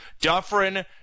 Dufferin